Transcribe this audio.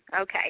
Okay